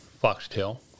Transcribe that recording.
foxtail